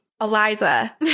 Eliza